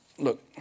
Look